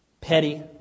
petty